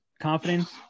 confidence